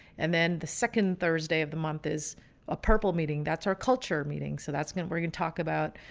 and then the second thursday of the month is a purple meeting. that's our culture meeting. so that's going to we're going to talk about